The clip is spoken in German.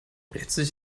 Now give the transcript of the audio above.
letztlich